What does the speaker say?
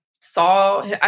saw